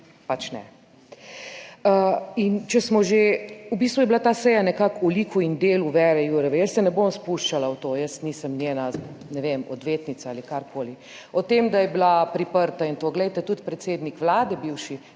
pač ne. In če smo že, v bistvu je bila ta seja nekako v liku in delu Věre Jourove. Jaz se ne bom spuščala v to, jaz nisem njena, ne vem, odvetnica ali karkoli, o tem, da je bila priprta in to. Glejte, tudi predsednik Vlade, bivši,